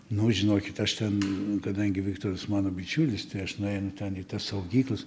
nu žinokit aš ten kadangi viktoras mano bičiulis tai aš nuėjom ten į tas saugyklas